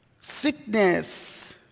sickness